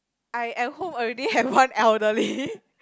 I at home already have one elderly